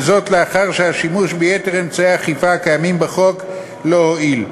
וזאת לאחר שהשימוש ביתר אמצעי האכיפה הקיימים בחוק לא הועיל.